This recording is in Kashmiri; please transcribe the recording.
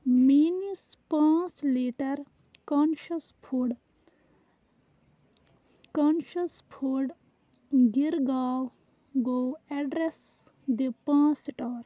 میٛٲنِس پانٛژھ litre conscious food conscious food گِر گاو گو اٮ۪ڈرٮ۪س دِ پانٛژھ سِٹار